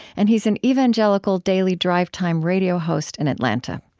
and he's an evangelical daily drive-time radio host in atlanta.